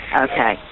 Okay